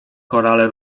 korale